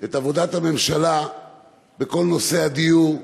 את עבודת הממשלה בכל נושא הדיור,